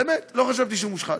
באמת, לא חשבתי שהוא מושחת.